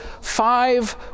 five